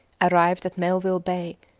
arrived at melville bay,